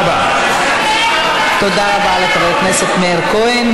ונענתה חברת הכנסת עליזה לביא,